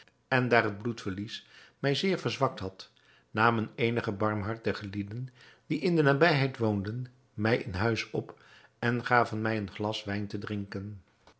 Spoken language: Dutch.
en daar het bloedverlies mij zeer verzwakt had namen eenige barmhartige lieden die in de nabijheid woonden mij in huis op en gaven mij een glas wijn te drinken